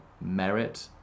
merit